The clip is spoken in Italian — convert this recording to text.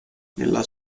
nella